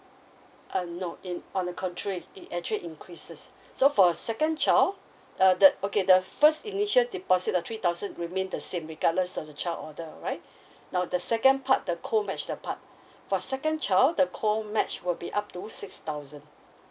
uh no in on the contrary it actually increases so for the second child uh the okay the first initial deposit the three thousand remain the same regardless of the child order right now the second part the co match the part for second child the co match will be up to six thousand